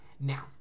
Now